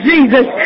Jesus